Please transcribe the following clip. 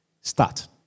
Start